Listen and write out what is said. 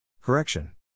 Correction